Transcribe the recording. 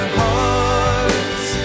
hearts